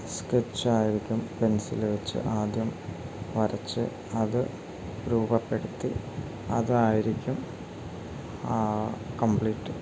സ്കെച്ചായിരിക്കും pencil വെച്ച് ആദ്യം വരച്ച് അത് രൂപപ്പെടുത്തി അതായിരിക്കും കംപ്ലീറ്റ്